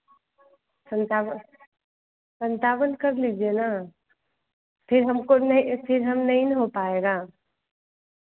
संताव संतावन कर लीजिए ना फिर हमको नहीं फिर हम नहीं ना हो पाएगा